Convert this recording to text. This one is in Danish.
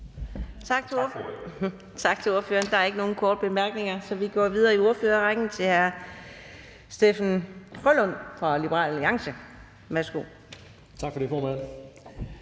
Tak til ordføreren. Der er ikke nogen korte bemærkninger, så vi går videre i ordførerrækken til fru Aki-Matilda Høegh-Dam,